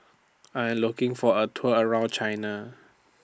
I Am looking For A Tour around China